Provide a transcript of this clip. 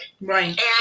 Right